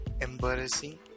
embarrassing